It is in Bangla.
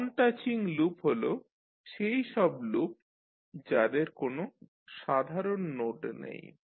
নন টাচিং লুপ হল সেই সব লুপ যাদের কোন সাধারণ নোড নেই